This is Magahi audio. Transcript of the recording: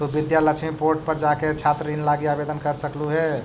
तु विद्या लक्ष्मी पोर्टल पर जाके छात्र ऋण लागी आवेदन कर सकलहुं हे